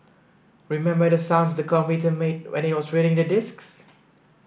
remember the sounds the computer made when it was reading the disks